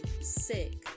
sick